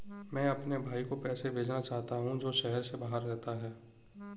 मैं अपने भाई को पैसे भेजना चाहता हूँ जो शहर से बाहर रहता है